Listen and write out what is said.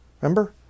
remember